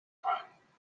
crime